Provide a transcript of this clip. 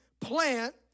plant